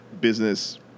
business